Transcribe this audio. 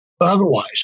otherwise